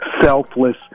Selfless